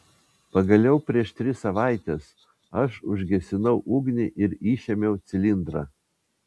pagaliau prieš tris savaites aš užgesinau ugnį ir išėmiau cilindrą